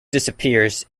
disappears